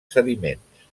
sediments